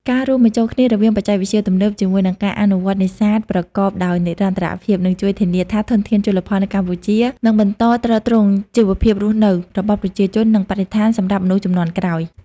ការរួមបញ្ចូលគ្នារវាងបច្ចេកវិទ្យាទំនើបជាមួយនឹងការអនុវត្តន៍នេសាទប្រកបដោយនិរន្តរភាព នឹងជួយធានាថាធនធានជលផលនៅកម្ពុជានឹងបន្តទ្រទ្រង់ជីវភាពរស់នៅរបស់ប្រជាជន និងបរិស្ថានសម្រាប់មនុស្សជំនាន់ក្រោយ។